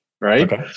Right